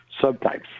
subtypes